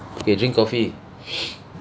okay drink coffee